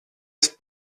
ist